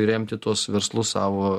remti tuos verslus savo